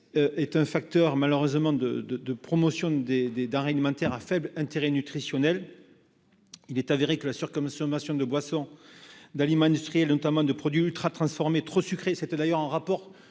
fait malheureusement la promotion de denrées alimentaires à faible intérêt nutritionnel. Il est avéré qu'une surconsommation de boissons et d'aliments industriels, notamment de produits ultra-transformés trop sucrés, favorise la survenance